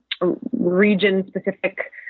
region-specific